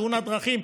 תאונת דרכים,